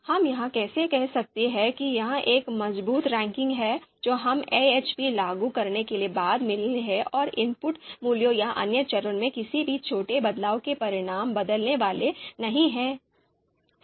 हम यह कैसे कह सकते हैं कि यह एक मजबूत रैंकिंग है जो हमें एएचपी लागू करने के बाद मिली है और इनपुट मूल्यों या अन्य चर में किसी भी छोटे बदलाव के परिणाम बदलने वाले नहीं हैं